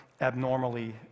abnormally